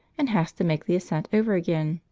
and has to make the ascent over again.